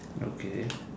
okay